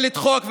ולדחות,